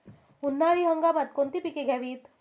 उन्हाळी हंगामात कोणती पिके घ्यावीत?